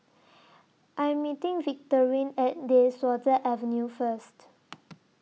I Am meeting Victorine At De Souza Avenue First